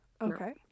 Okay